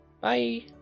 bye